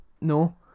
No